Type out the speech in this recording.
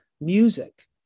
Music